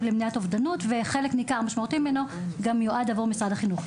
למניעת אובדנות וחלק ניכר ומשמעותי ממנו גם יועד עבור משרד החינוך.